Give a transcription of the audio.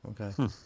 Okay